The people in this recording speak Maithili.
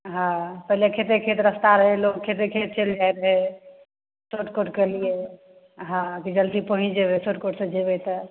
हँ पहिले खेते खेत रस्ता रहै लोक खेते खेत चलि जाए रहै शॉर्टकर्टके लिए हँ जल्दी पहुंँचि जएबै शॉर्टकर्टसे जएबै तऽ